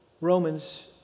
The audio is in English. Romans